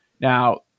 Now